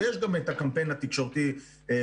ויש גם את הקמפיין התקשורתי שהיה.